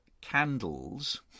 candles